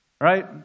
Right